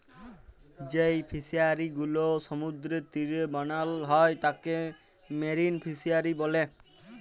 যেই ফিশারি গুলো সমুদ্রের তীরে বানাল হ্যয় তাকে মেরিন ফিসারী ব্যলে